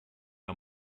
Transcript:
are